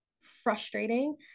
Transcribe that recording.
frustrating